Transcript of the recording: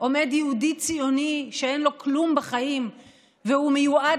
עומד יהודי ציוני שאין לו כלום בחיים והוא מיועד